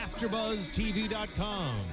AfterBuzzTV.com